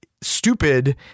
stupid